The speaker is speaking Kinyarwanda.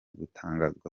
gutangazwa